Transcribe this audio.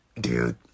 dude